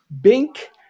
bink